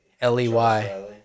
L-E-Y